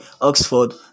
Oxford